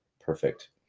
perfect